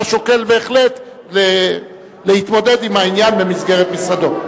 שוקל בהחלט להתמודד עם העניין במסגרת משרדו.